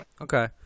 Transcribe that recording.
okay